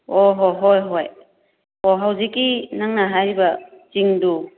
ꯑꯣ ꯍꯣ ꯍꯣꯏ ꯍꯣꯏ ꯑꯣ ꯍꯧꯖꯤꯛꯀꯤ ꯅꯪꯅ ꯍꯥꯏꯔꯤꯕ ꯆꯤꯡꯗꯨ